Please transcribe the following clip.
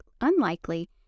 unlikely